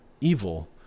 evil